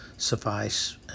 suffice